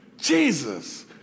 Jesus